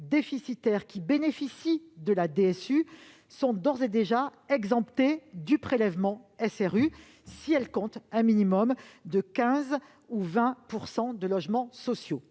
déficitaires bénéficiant de la DSU sont d'ores et déjà exemptées du prélèvement SRU si elles comptent un minimum de 15 % ou 20 % de logements sociaux.